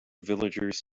villagers